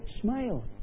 smile